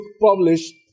published